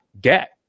get